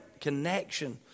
connection